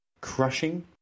Crushing